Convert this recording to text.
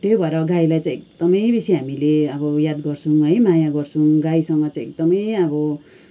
त्यही भएर गाईलाई चाहिँ एकदमै बेसी हामीले याद गर्छौँ है माया गर्छौँ गाईसँग चाहिँ एकदमै अब